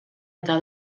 eta